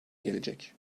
gelecek